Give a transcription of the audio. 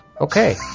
Okay